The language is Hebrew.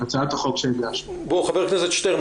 חבר הכנסת שטרן,